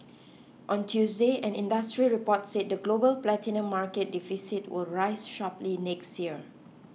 on Tuesday an industry report said the global platinum market deficit will rise sharply next year